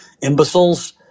imbeciles